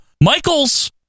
Michaels